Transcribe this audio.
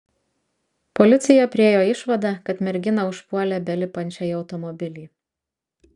policija priėjo išvadą kad merginą užpuolė belipančią į automobilį